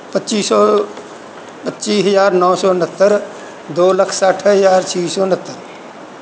ਪੱਚੀ ਸੌ ਪੱਚੀ ਹਜ਼ਾਰ ਨੌਂ ਸੌ ਉਣਹੱਤਰ ਦੋ ਲੱਖ ਸੱਠ ਹਜ਼ਾਰ ਛੇ ਸੌ ਉਣਹੱਤਰ